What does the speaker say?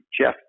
Jeff